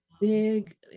Big